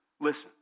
listen